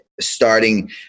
starting